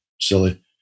silly